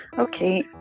Okay